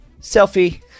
Selfie